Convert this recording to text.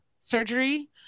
surgery